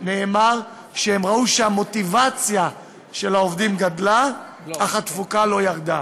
נאמר שהם ראו שהמוטיבציה של העובדים גדלה והתפוקה לא ירדה.